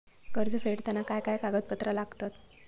कर्ज फेडताना काय काय कागदपत्रा लागतात?